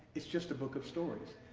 it's just a book of stories.